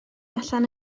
allan